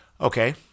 Okay